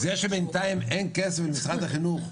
זה שבינתיים אין כסף למשרד החינוך,